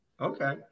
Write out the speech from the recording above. Okay